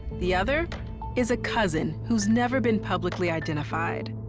the other is a cousin who's never been publicly identified.